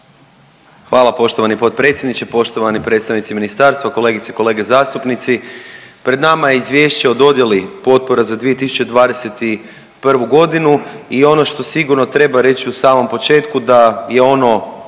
Hvala poštovani potpredsjedniče, poštovani predstavnici ministarstva, kolegice i kolege zastupnici. Pred nama je Izvješće o dodjeli potpora za 2021. godinu i ono što sigurno treba reći u samom početku da je ono